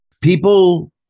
People